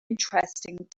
interesting